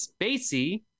Spacey